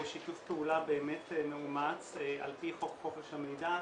שיתוף פעולה באמת מאומץ על פי חוק חופש המידע,